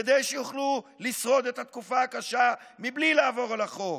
כדי שיוכלו לשרוד את התקופה הקשה בלי לעבור על החוק,